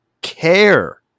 care